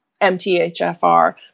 MTHFR